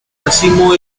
racimo